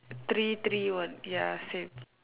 three three one ya same